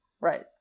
right